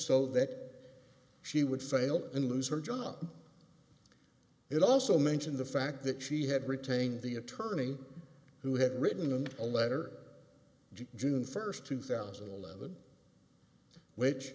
so that she would fail and lose her job it also mentioned the fact that she had retained the attorney who had written an own letter june first two thousand and eleven which